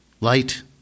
light